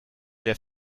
der